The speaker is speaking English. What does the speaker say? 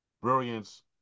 brilliance